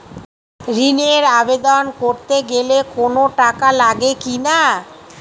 ঋণের আবেদন করতে গেলে কোন টাকা লাগে কিনা?